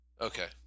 Okay